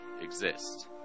exist